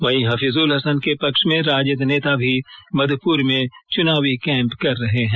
वहीं हफीजुल हसन के पक्ष में राजद नेता भी मधुपुर में चुनावी कैंप कर रहे हैं